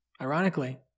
Ironically